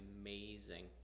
amazing